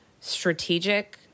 strategic